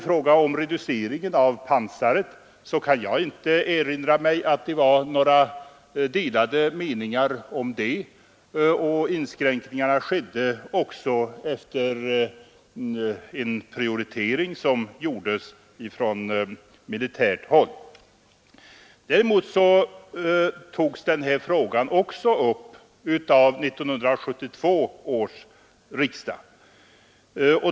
Jag kan inte erinra mig att det rådde några delade meningar om reduceringen av pansartrupperna, och inskränkningarna skedde också efter en prioritering som gjordes från militärt håll. Men den här frågan togs också upp av 1972 års riksdag.